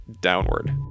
Downward